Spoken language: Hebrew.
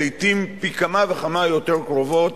לעתים פי כמה וכמה יותר קרובות,